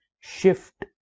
shift